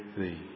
thee